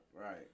Right